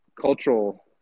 cultural